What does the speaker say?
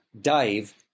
Dave